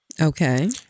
okay